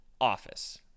office